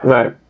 Right